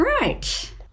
Right